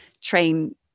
train